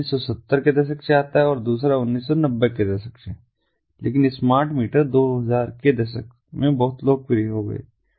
एक 1970 के दशक से आता है और दूसरा 1990 के दशक से लेकिन स्मार्ट मीटर 2000 के दशक में बहुत लोकप्रिय हो गए